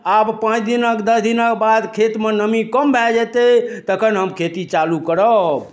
आब पाँच दिनक दस दिनक बाद खेतमे नमी कम भए जेतै तखन हम खेती चालू करब